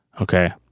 okay